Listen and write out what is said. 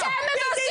-- אתה מבזה